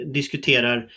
diskuterar